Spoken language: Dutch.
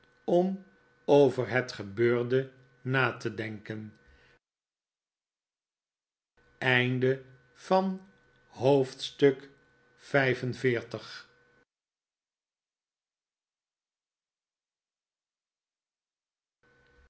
om over het gebeurde na te denken